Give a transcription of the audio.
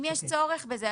אם יש צורך בזה,